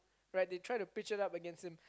right they try to pitch it up against him